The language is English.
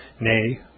nay